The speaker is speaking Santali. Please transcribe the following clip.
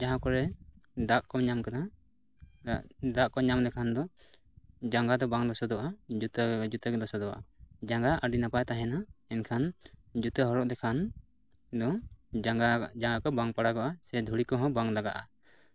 ᱡᱟᱦᱟᱸ ᱠᱚᱨᱮ ᱫᱟᱜ ᱠᱚᱢ ᱧᱟᱢ ᱠᱮᱫᱟ ᱫᱟᱜ ᱠᱚ ᱧᱟᱢ ᱞᱮᱠᱷᱟᱱ ᱫᱚ ᱡᱟᱸᱜᱟ ᱫᱚ ᱵᱟᱝ ᱞᱚᱥᱚᱫᱚᱜᱼᱟ ᱡᱩᱛᱟᱹ ᱡᱩᱛᱟᱹᱜᱮ ᱞᱚᱥᱚᱫᱚᱜᱼᱟ ᱡᱟᱸᱜᱟ ᱟᱰᱤ ᱱᱟᱯᱟᱭ ᱛᱟᱦᱮᱱᱟ ᱮᱱᱠᱷᱟᱱ ᱡᱩᱛᱟᱹ ᱦᱚᱨᱚᱜ ᱞᱮᱠᱷᱟᱱ ᱫᱚ ᱡᱟᱸᱜᱟ ᱡᱟᱸᱜᱟ ᱠᱚ ᱵᱟᱝ ᱯᱟᱲᱟᱜᱚᱜᱼᱟ ᱥᱮ ᱫᱷᱩᱲᱤ ᱠᱚᱦᱚᱸ ᱵᱟᱝ ᱞᱟᱜᱟᱜᱼᱟ